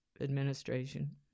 Administration